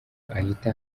ahita